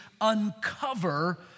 uncover